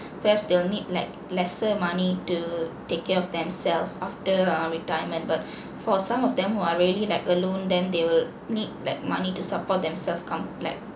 perhaps they'll need like lesser money to take care of themself after uh retirement but for some of them who are really like alone then they will need like money to support themselves com~ like